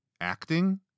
acting